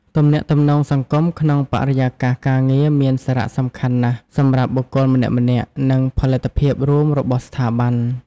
ទំនាក់ទំនងសង្គមក្នុងបរិយាកាសការងារមានសារៈសំខាន់ណាស់សម្រាប់បុគ្គលម្នាក់ៗ និងផលិតភាពរួមរបស់ស្ថាប័ន។